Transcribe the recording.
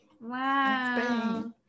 wow